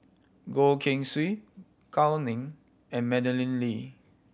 Goh Keng Swee Gao Ning and Madeleine Lee